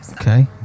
Okay